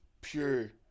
pure